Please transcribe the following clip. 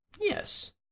Yes